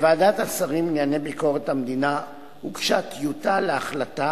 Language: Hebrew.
לוועדת השרים לענייני ביקורת המדינה הוגשה טיוטה להחלטה